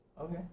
Okay